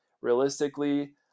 Realistically